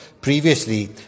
previously